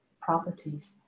properties